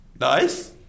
Nice